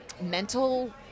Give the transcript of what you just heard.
mental